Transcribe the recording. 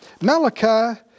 Malachi